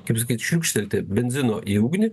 kaip sakyt šliūkštelti benzino į ugnį